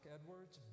Edwards